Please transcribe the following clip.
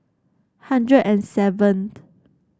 hundred and seventh